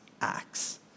acts